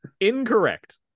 Incorrect